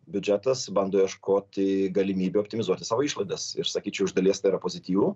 biudžetas bando ieškoti galimybių optimizuoti savo išlaidas ir sakyčiau iš dalies tai yra pozityvu